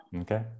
Okay